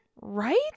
Right